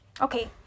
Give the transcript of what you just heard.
Okay